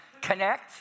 connect